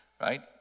Right